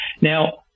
Now